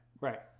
right